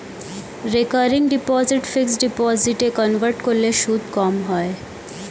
recurring deposit fixed ডিপোজিটে convert করলে সুদ কম হয়